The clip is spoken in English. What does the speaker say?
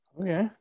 okay